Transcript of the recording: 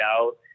out